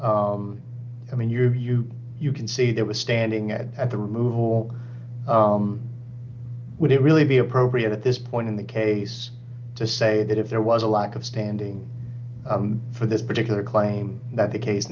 i mean your view you can see that was standing at the removal would it really be appropriate at this point in the case to say that if there was a lack of standing for this particular claim that the case